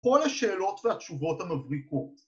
‫כל השאלות והתשובות המבריקות.